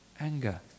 anger